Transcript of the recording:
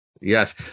yes